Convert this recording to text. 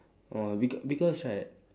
oh be~ because right